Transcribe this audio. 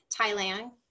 Thailand